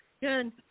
Good